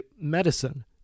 medicine